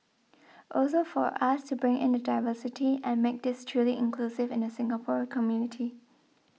also for us to bring in the diversity and make this truly inclusive in the Singapore community